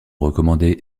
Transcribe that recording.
recommandé